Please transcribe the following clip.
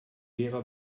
gera